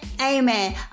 Amen